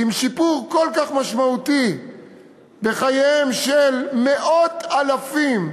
עם שיפור כל כך משמעותי בחייהם של מאות אלפים,